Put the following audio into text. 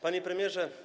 Panie Premierze!